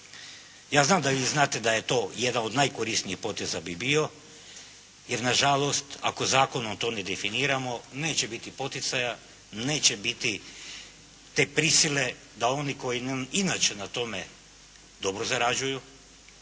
Ja znam da vi znate da je to jedan od najkorisnijih poteza bi bio jer nažalost ako zakonom to ne definiramo neće biti poticaja, neće biti te prisile da oni koji inače na tome dobro zarađuju,